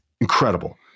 incredible